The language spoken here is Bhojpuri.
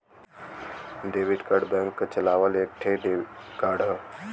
डेबिट कार्ड बैंक क चलावल एक ठे कार्ड हौ